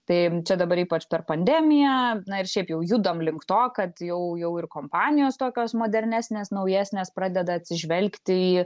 tai čia dabar ypač per pandemiją na ir šiaip jau judam link to kad jau jau ir kompanijos tokios modernesnės naujesnės pradeda atsižvelgti į